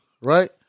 right